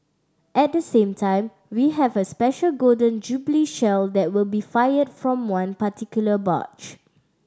at the same time we have a special Golden Jubilee Shell that will be fired from one particular barge